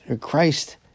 Christ